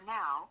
now